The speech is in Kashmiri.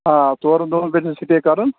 آ ژورن دۄہَن پٮ۪ٹھ چھُ سِٹے کرُن